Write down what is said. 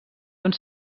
uns